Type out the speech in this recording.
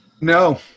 No